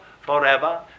forever